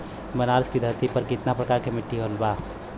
बनारस की धरती पर कितना प्रकार के मिट्टी बा?